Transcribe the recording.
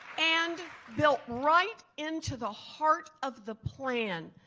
and built right into the heart of the plan,